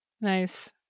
Nice